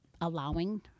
allowing